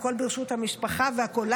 והכול ברשות המשפחה והכול,